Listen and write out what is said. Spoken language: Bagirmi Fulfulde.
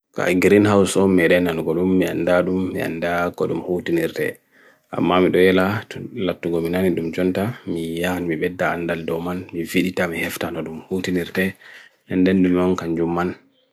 Kaya green house om mere nan kodum, mianda dum, mianda kodum hootinirre. Mama doela, latu gomina nidum chanta, miya nmi bedda andal doman, mi fidita mi heftan adum, hootinirre, nnden dumon kanjuman.